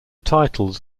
titles